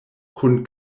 kun